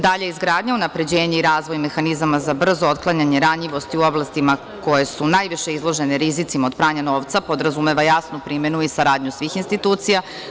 Dalje, izgradnja, unapređenje i razvoj mehanizama za brzo otklanjanje ranjivosti u oblasti koje su najviše izložene rizicima od pranja novca podrazumeva jasnu primenu i saradnju svih institucija.